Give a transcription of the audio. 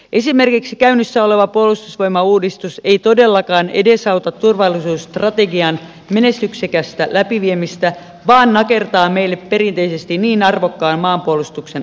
esimerkiksi käynnissä oleva puolustusvoimauudistus ei todellakaan edesauta turvallisuusstrategian menestyksekästä läpiviemistä vaan nakertaa meille perinteisesti niin arvokkaan maanpuolustuksen uskottavuutta